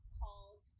called